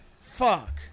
Fuck